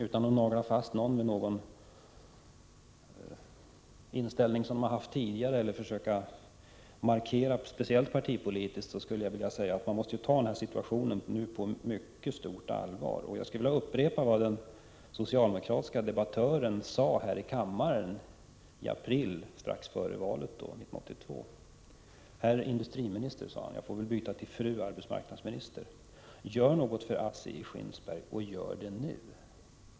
Utan att nagla fast några vid den inställning de har haft tidigare eller att försöka göra speciella partipolitiska markeringar skulle jag vilja säga att den här situationen nu måste tas på mycket stort allvar. Jag skulle vilja upprepa vad en socialdemokratisk debattör yttrade här i kammaren i april, före valet 1982: Herr industriminister, sade han; jag får väl byta till fru arbetsmarknadsminister: Gör något för ASSI i Skinnskatteberg och gör det nu!